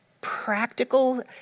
practical